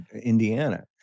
Indiana